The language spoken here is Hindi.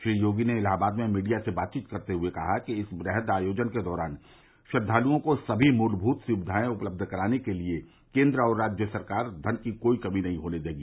श्री योगी ने इलाहाबाद में मीडिया से बातचीत करते हुए कहा कि इस वृहद आयोजन के दौरान श्रद्वाल्ओं को समी मूलमूत सुविधायें मुहैया कराने के लिए केन्द्र और राज्य सरकार धन की कोई कमी नहीं होने देगी